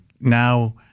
now